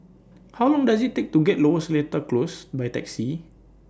How Long Does IT Take to get to Lower Seletar Close By Taxi